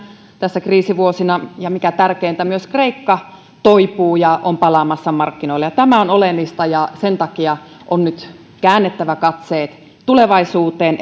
tässä kriisivuosina ja mikä tärkeintä myös kreikka toipuu ja on palaamassa markkinoille ja tämä on oleellista sen takia on nyt käännettävä katseet tulevaisuuteen